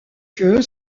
que